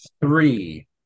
Three